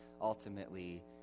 Ultimately